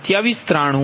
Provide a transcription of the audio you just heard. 0832 0